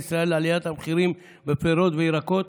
ישראל לעליית המחירים של פירות וירקות,